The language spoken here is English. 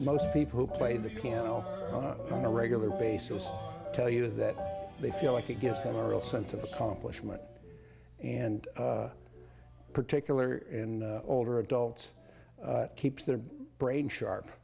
most people who play the piano on a regular basis tell you that they feel like it gives them a real sense of accomplishment and particular in older adults keep their brain sharp